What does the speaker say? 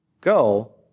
Go